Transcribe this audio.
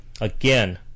again